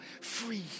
free